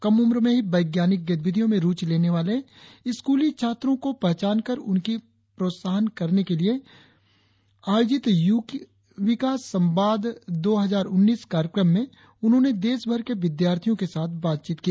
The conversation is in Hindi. कम उम्र में ही वैज्ञानिक गतिविधियों में रुचि लेने वाले स्कूली छात्रों की पहचानकर उन्हें प्रोत्साहित करने के लिए पहली बार आयोजित यूविका संवाद दो हजार उन्नीस कार्यक्रम में उन्होंने देशभर के विद्यार्थियों के साथ बातचीत की